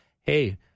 hey